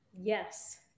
Yes